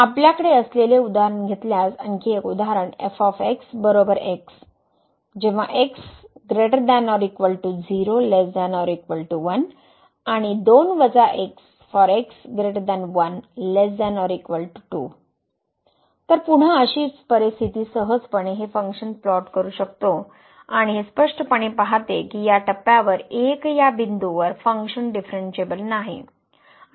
आपल्याकडे असलेले उदाहरण घेतल्यास आणखी एक उदाहरण तर पुन्हा अशीच परिस्थिती सहजपणे हे फंक्शन फ्लोट करू शकते आणि हे स्पष्टपणे पाहते की या टप्प्यावर 1 या बिंदूवर फंक्शन डीफरनशिएबल नाही